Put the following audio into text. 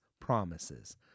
promises